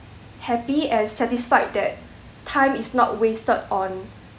happy and satisfied that time is not wasted on